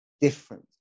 different